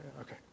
Okay